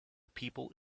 people